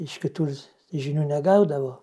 iš kitų žinių negaudavo